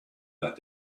that